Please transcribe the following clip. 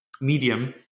medium